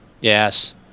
yes